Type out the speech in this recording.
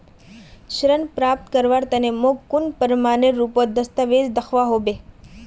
ऋण प्राप्त करवार तने मोक कुन प्रमाणएर रुपोत दस्तावेज दिखवा होबे?